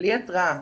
בלי התראה,